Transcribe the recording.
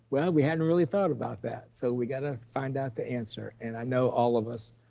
well, we hadn't really thought about that. so we got to find out the answer and i know all of us,